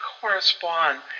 correspond